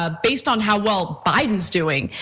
ah based on how well biden's doing.